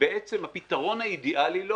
שהפתרון האידיאלי לו